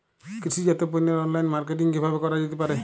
কৃষিজাত পণ্যের online marketing কিভাবে করা যেতে পারে?